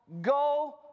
go